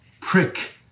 prick